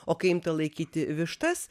o kai imta laikyti vištas